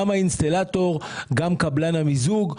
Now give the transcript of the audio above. גם האינסטלטור, גם קבלן המיזוג.